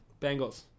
Bengals